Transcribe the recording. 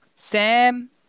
Sam